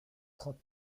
trente